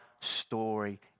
story